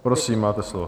Prosím, máte slovo.